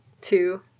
two